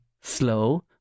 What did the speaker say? slow